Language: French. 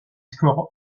score